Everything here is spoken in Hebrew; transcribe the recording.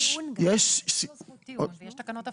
יש תקנות הפחתה.